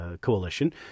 coalition